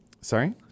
Sorry